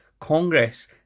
Congress